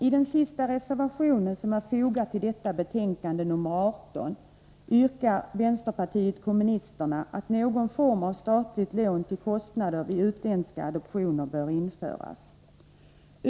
I den sista reservationen som är fogad till betänkandet yrkar vpk att någon form av statligt lån till kostnaderna vid utländska adoptioner bör införas.